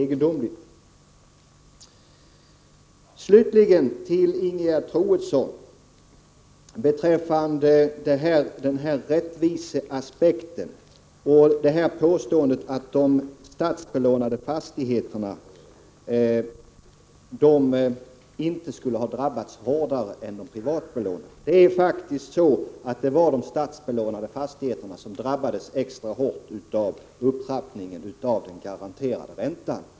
Slutligen till Ingegerd Troedsson: Beträffande rättviseaspekten och påståendet att de statsbelånade fastigheterna inte skulle ha drabbats hårdare än privatbelånade fastigheter vill jag säga följande. Det var faktiskt de statsbelånade fastigheterna som drabbades extra hårt av upptrappningen av den garanterade räntan.